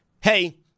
hey